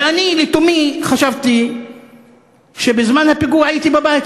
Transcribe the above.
ואני לתומי חשבתי שבזמן הפיגוע הייתי בבית,